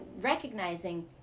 recognizing